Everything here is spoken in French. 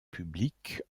public